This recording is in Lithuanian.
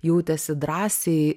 jautėsi drąsiai